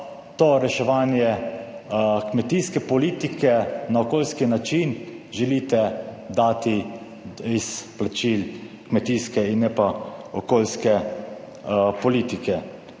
to reševanje kmetijske politike na okoljski način želite dati iz plačil kmetijske in ne pa okoljske politike.